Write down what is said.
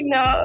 no